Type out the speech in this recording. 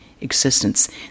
existence